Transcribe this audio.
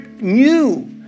new